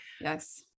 yes